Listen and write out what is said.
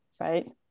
right